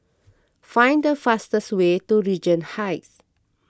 find the fastest way to Regent Heights